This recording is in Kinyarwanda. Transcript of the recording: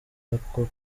ako